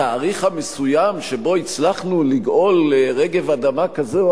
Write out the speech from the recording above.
התאריך המסוים שבו הצלחנו לגאול רגב אדמה כזה או